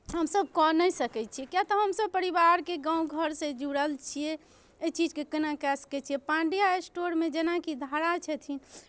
हमसभ कऽ नहि सकै छी किएक तऽ हमसभ परिवारके गाँव घरसँ जुड़ल छियै एहि चीजकेँ केना कए सकै छियै पांड्या स्टोरमे जेनाकि धरा छथिन